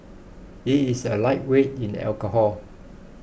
he is a lightweight in alcohol